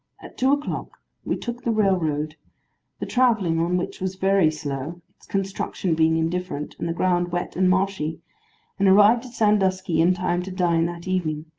at two o'clock we took the railroad the travelling on which was very slow, its construction being indifferent, and the ground wet and marshy and arrived at sandusky in time to dine that evening.